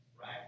right